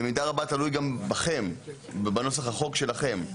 זה במידה רבה תלוי גם בכם, בנוסח החוק שלכם.